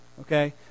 Okay